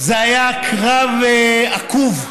זה היה קרב עקוב.